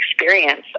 experience